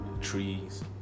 trees